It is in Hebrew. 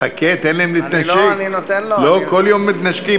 נכון שאני רואה שמר